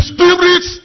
Spirit